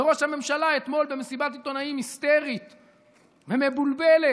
וראש הממשלה, במסיבת עיתונאים היסטרית ומבולבלת,